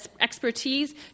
expertise